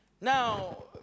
Now